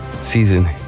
season